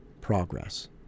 progress